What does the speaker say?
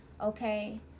okay